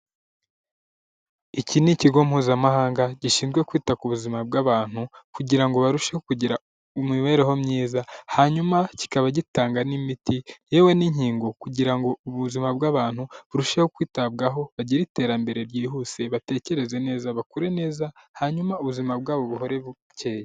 Iki ni ikigo mpuzamahanga gishinzwe kwita ku buzima bw'abantu kugira ngo barusheho kugira imibereho myiza hanyuma kikaba gitanga n'imiti yewe n'inkingo kugira ngo ubuzima bw'abantu burusheho kwitabwaho, bagire iterambere ryihuse batekereze neza bakure neza hanyuma ubuzima bwabo buhore bukeye.